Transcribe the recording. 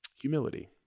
humility